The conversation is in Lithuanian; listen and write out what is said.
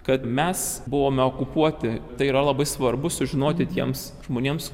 kad mes buvome okupuoti tai yra labai svarbu sužinoti tiems žmonėms